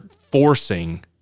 forcing